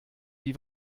wie